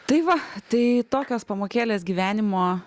tai va tai tokios pamokėlės gyvenimo